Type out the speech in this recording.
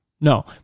no